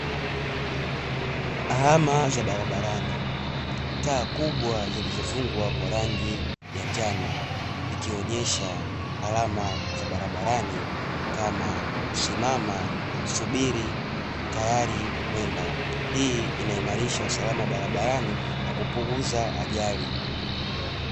Alama za barabarani taa kubwa zilizofungwa kwa rangi ya njano ikionyesha alama za barabarani kama simama, subiri, tayari kwenda, hii inaimarisha usalama wa barabarani na kupunguza ajali.